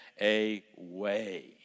away